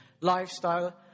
lifestyle